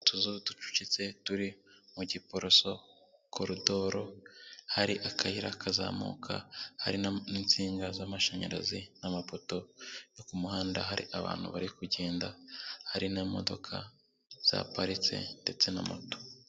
Utuzu ducucitse turi mu Giporoso korodoro, hari akayira kazamuka hari n'insinga z'amashanyarazi n'amapoto yo ku muhanda, hari abantu bari kugenda hari n'imodoka zaparitse ndetse na moto.